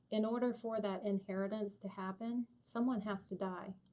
in order for that inheritance to happen, someone has to die.